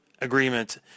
Agreement